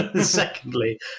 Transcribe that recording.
Secondly